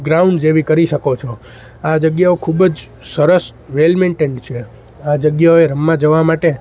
ground જેવી કરી શકો છો આ જગ્યાઓ ખૂબ જ સરસ વેલ મેન્ટેન્ડ છે આ જગ્યાઓએ રમવા જવા માટે